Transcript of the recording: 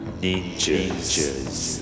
Ninjas